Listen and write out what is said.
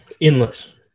Endless